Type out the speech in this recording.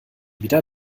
wieder